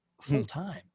full-time